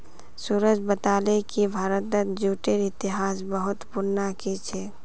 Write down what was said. सूरज बताले कि भारतत जूटेर इतिहास बहुत पुनना कि छेक